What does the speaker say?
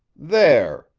there,